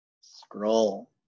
scroll